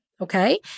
okay